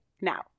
Now